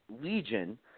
Legion